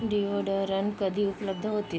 deodorant कधी उपलब्ध होतील